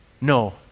No